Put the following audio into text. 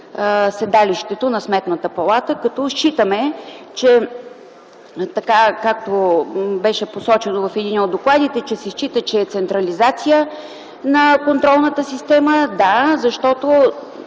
седалището на Сметната палата. Като считаме, както беше посочено в единия от докладите, че се счита, че е централизация на контролната система, защото